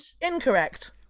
Incorrect